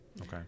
Okay